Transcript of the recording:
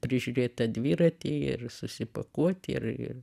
prižiūrėt tą dviratį ir susipakuot ir ir